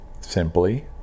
simply